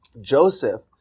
Joseph